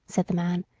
said the man,